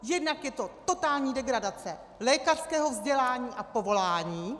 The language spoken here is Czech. Jednak je to totální degradace lékařského vzdělání a povolání.